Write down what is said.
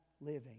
living